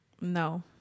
No